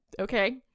Okay